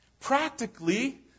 Practically